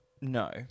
No